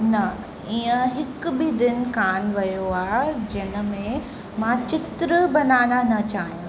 न इअं हिक बि दिन कान वियो आहे जिनि में मां चित्र बनाना न चाहियां